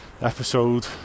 episode